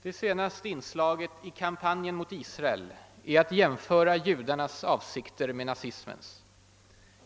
"Det senaste inslaget i kampanjen mot Israel är att jämföra judarnas avsikter med nazismens.